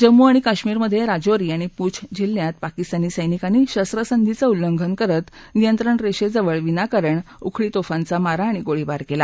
जम्मू आणि काश्मीस्मध्ये राजौरी आणि पुंछ जिल्ह्यात पकिस्तानी सैनिकानी शस्त्रसंधीचं उल्लंघन करत नियंत्रण रेषेजवळ विनाकारण उखळी तोफांचा मारा आणि गोळीबार केला